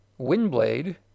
Windblade